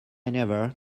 never